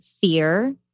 fear